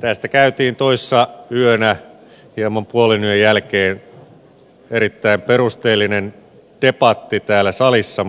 tästä käytiin toissa yönä hieman puolenyön jälkeen erittäin perusteellinen debatti täällä salissa